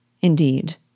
Indeed